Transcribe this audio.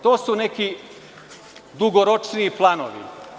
To su neki dugoročniji planovi.